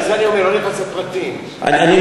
בשביל זה אני אומר שאני לא נכנס לפרטים.